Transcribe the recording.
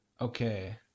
Okay